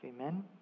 Amen